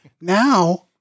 Now